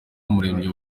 umuremyi